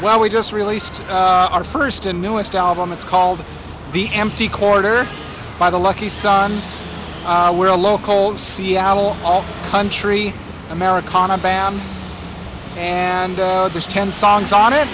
well we just released our first and newest album it's called the empty quarter by the lucky son so we're a local seattle all country americana bam and there's ten songs on it